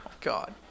God